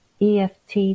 EFT